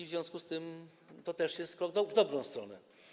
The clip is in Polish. W związku z tym to też jest krok w dobrą stronę.